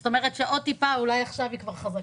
זאת אומרת שעוד טיפה, אולי עכשיו היא כבר חזקה.